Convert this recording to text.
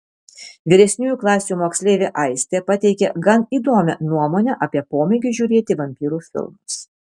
vyresniųjų klasių moksleivė aistė pateikė gan įdomią nuomonę apie pomėgį žiūrėti vampyrų filmus